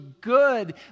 good